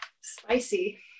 Spicy